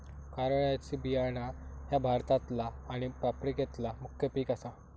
कारळ्याचे बियाणा ह्या भारतातला आणि आफ्रिकेतला मुख्य पिक आसा